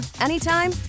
anytime